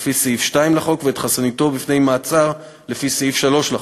לפי סעיף 2 לחוק ואת חסינותו בפני מעצר לפי סעיף 3 לחוק,